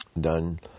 done